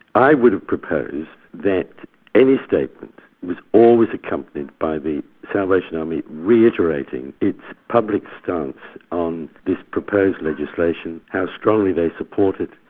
i would have proposed that any statement was always accompanied by the salvation army reiterating its public stance on this proposed legislation how strongly they support it,